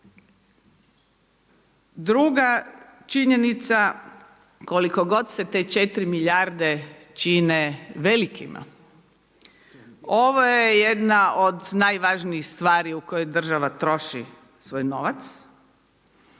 Druga činjenica koliko god se te 4 milijarde čine velikima ovo je jedna od najvažnijih stvari u kojima država troši svoj novac.